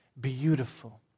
beautiful